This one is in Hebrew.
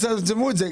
תצמצמו את זה.